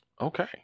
okay